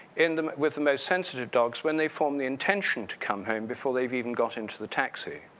in the with the most sensitive dogs, when they form the intention to come home before they've even gotten into the taxi.